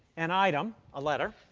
an item a letter